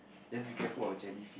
just be careful of jelly